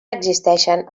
existeixen